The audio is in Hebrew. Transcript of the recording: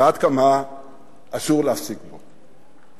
ועד כמה אסור להפסיק אותו.